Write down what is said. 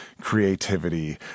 creativity